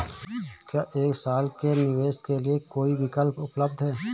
क्या एक साल के निवेश के लिए कोई विकल्प उपलब्ध है?